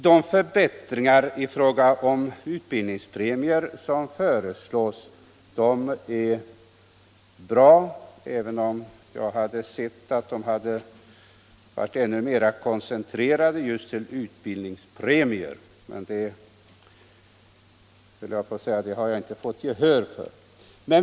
De förbättringar i fråga om utbildningspremier som föreslås är bra, även om jag gärna hade sett att förmånerna hade varit ännu mera koncentrerade just till utbildningspremier, men det har jag inte fått gehör för.